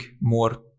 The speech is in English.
more